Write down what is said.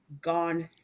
gone